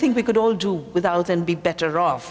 think we could all do without and be better off